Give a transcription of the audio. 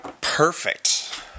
Perfect